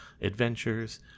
adventures